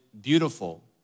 beautiful